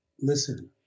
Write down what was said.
listen